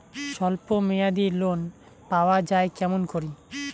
স্বল্প মেয়াদি লোন পাওয়া যায় কেমন করি?